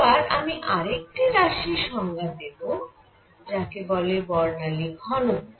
এবার আমি আরেকটি রাশির সংজ্ঞা দেব যাকে বলে বর্ণালী ঘনত্ব